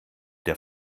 der